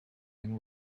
and